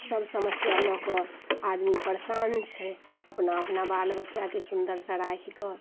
सभ समस्या लऽ कऽ आदमी परेशान छै अपना अपना बाल बच्चाके सुन्दरसँ राखिकऽ